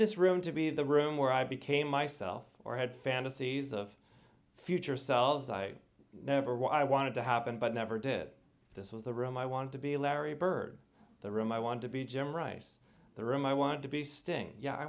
this room to be the room where i became myself or had fantasies of future selves i never what i wanted to happen but never did it this was the room i wanted to be a larry bird the room i wanted to be jim rice the room i wanted to be sting yeah i